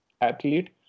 athlete